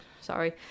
Sorry